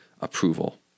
approval